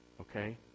Okay